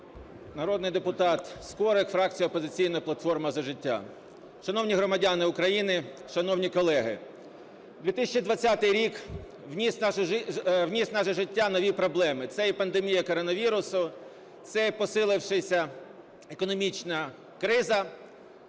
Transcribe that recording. Народний депутат Скорик, фракція "Опозиційна платформа - За життя". Шановні громадяни України, шановні колеги, 2020 рік вніс в наше життя нові проблеми. Це і пандемія коронавірусу, це посилевшаяся економічна криза,